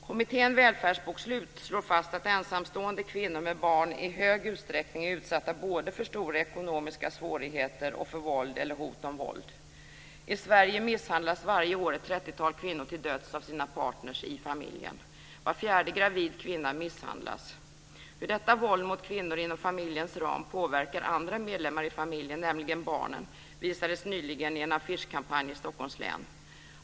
Kommittén Välfärdsbokslut slår fast att ensamstående kvinnor med barn i stor utsträckning är utsatta både för stora ekonomiska svårigheter och för våld eller hot om våld. I Sverige misshandlas varje år ett 30-tal kvinnor till döds av sina partner i familjen. Var fjärde gravid kvinna misshandlas. Hur detta våld mot kvinnor inom familjens ram påverkar andra medlemmar i familjen, nämligen barnen, visades nyligen i en affischkampanj i Stockholms län.